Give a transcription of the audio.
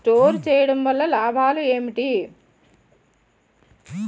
Store చేయడం వల్ల లాభాలు ఏంటి?